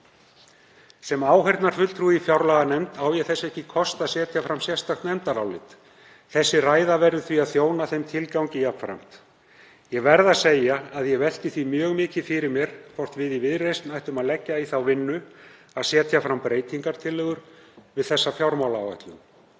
„Sem áheyrnarfulltrúi í fjárlaganefnd á ég þess ekki kost að setja fram sérstakt nefndarálit. Þessi ræða verður því að þjóna þeim tilgangi jafnframt. Ég verð að segja að ég velti því mjög mikið fyrir mér hvort við í Viðreisn ættum að leggja í þá vinnu að setja fram breytingartillögur við þessa fjármálaáætlun.